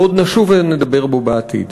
ועוד נשוב ונדבר בו בעתיד.